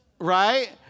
right